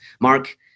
Mark